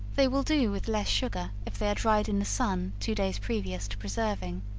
they will do with less sugar, if they are dried in the sun two days previous to preserving.